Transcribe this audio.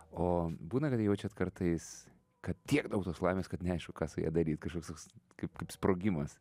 o būna kad jaučiat kartais kad tiek daug tos laimės kad neaišku ką su ja daryt kažkoks toks kaip kaip sprogimas